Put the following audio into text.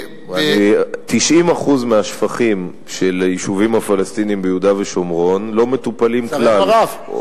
90% מהשפכים של היישובים הפלסטיניים ביהודה ושומרון לא מטופלים כלל.